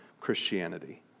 Christianity